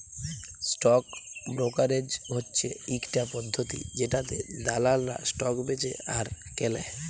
stock brokerage হচ্যে ইকটা পদ্ধতি জেটাতে দালালরা স্টক বেঁচে আর কেলে